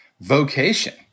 vocation